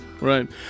right